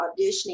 auditioning